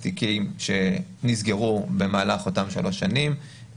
תיקים שנסגרו במהלך אותן 3 שנים.